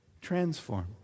Transform